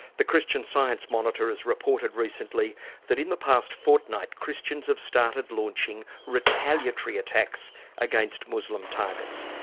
the christian science monitor has reported recently that in the past fortnight christians have started launching retaliatory attacks against muslim targets.